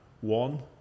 one